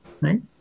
right